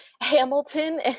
hamilton